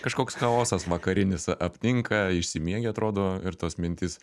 kažkoks chaosas vakarinis apninka išsimiegi atrodo ir tos mintys